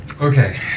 Okay